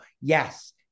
yes